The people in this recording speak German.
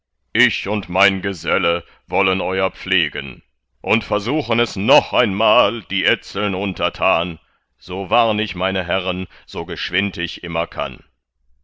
ich und mein geselle wollen euer pflegen und versuchen es noch einmal die etzeln untertan so warn ich meine herren so geschwind ich immer kann